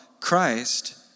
Christ